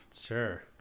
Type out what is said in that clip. Sure